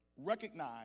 recognize